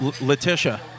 Letitia